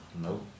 Nope